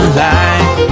light